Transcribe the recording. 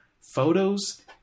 Photos